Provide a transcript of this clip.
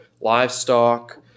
livestock